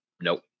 nope